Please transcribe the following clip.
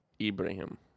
Ibrahim